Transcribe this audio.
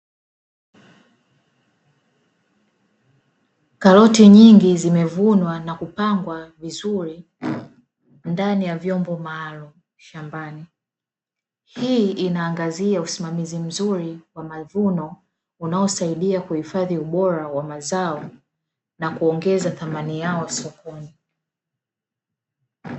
Karoti nyingi zimevunwa na kupangwa vizuri ndani ya vyombo maalum shambani, hii inaangazia usimamizi mzuri wa mavuno, unaosaidia kuhifadhi ubora, wa mazao na kuongeza thamani yao sokoni.